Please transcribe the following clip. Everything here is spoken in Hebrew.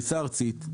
פריסה ארצית,